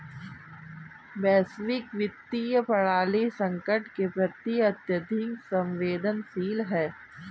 वैश्विक वित्तीय प्रणाली संकट के प्रति अत्यधिक संवेदनशील है